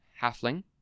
halfling